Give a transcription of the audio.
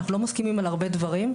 אנחנו לא מסכימים על הרבה דברים,